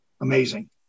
amazing